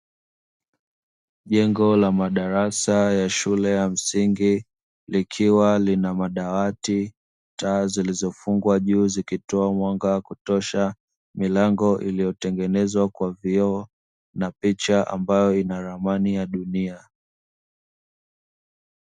Jengo la madarasa ya shule ya msingi, likiwa lina madawati taa zilizofungwa juu zikitoa mwanga wa kutosha milango iliyotengenezwa kwa vioo, na picha ambayo ina ramani ya dunia.